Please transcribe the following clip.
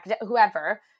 whoever